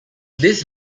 this